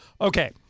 Okay